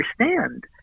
understand